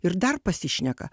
ir dar pasišneka